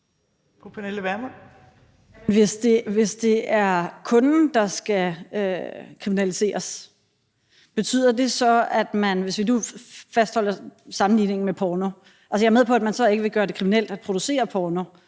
(NB): Det er kunden, der skal kriminaliseres, siger man. Vi kan fastholde sammenligningen med porno. Jeg er med på, at man så ikke vil gøre det kriminelt at producere porno